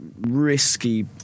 risky